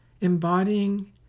embodying